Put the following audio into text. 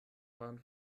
waren